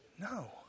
No